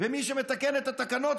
ומי שמתקן את התקנות,